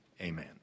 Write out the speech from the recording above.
amen